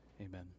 Amen